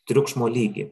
triukšmo lygį